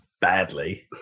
badly